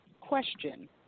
question